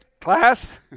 class